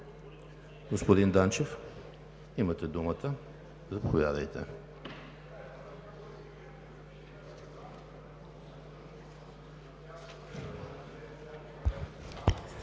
Господин Данчев, имате думата. Заповядайте.